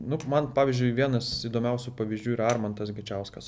nu man pavyzdžiui vienas įdomiausių pavyzdžių yra armantas gečiauskas